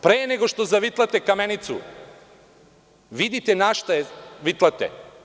Pre nego što zavitlate kamenicu, vidite na šta je vitlate.